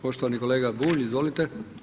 Poštovani kolega Bulj, izvolite.